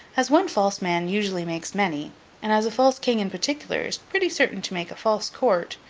as one false man usually makes many, and as a false king, in particular, is pretty certain to make a false court,